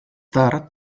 tard